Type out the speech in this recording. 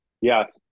Yes